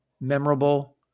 memorable